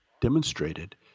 demonstrated